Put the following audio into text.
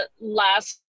last